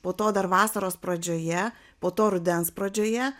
po to dar vasaros pradžioje po to rudens pradžioje